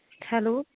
hello